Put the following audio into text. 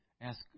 ask